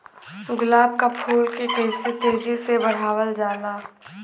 गुलाब क फूल के कइसे तेजी से बढ़ावल जा?